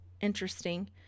interesting